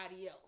else